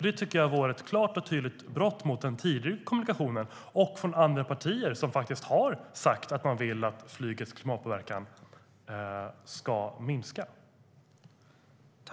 Det tycker jag skulle innebära en klar och tydlig brytning med det man tidigare kommunicerat. Dessutom har andra partier sagt att de vill att flygets klimatpåverkan ska minska.